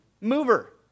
mover